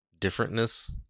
differentness